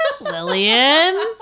Lillian